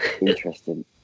interesting